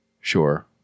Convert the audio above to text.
Sure